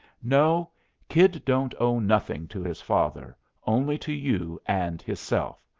no kid don't owe nothing to his father, only to you and hisself.